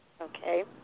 Okay